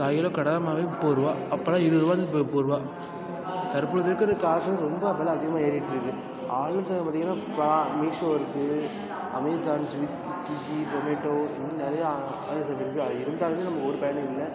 கால்கிலோ கடலை மாவே முப்பதுரூபா அப்போலாம் இருபதுரூவா இருந்தது இப்போ முப்பதுரூபா தற்பொழுது இருக்கிற காலத்தில் ரொம்ப வில அதிகமாக ஏறிகிட்டு இருக்குது ஆன்லைன் சேவை பார்த்திங்கன்னா இப்போ மீஷோ இருக்குது அமேஸான் ஸ்வி ஸ்விகி சொமேட்டோ இன்னும் நிறையா ஆன்லைன் சேவைகள் இருக்குது அது இருந்தாலுமே நமக்கு ஒரு பயனும் இல்லை